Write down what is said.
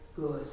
good